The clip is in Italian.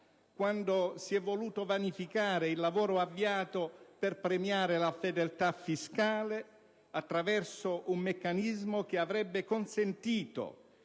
quando si è voluto vanificare il lavoro avviato per premiare la fedeltà fiscale, attraverso un meccanismo che avrebbe consentito